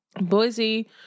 Boise